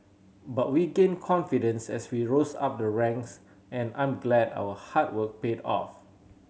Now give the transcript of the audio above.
but we gained confidence as we rose up the ranks and I'm glad our hard work paid off